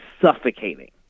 suffocating